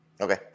Okay